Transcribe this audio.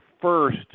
First